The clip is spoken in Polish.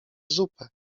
zupę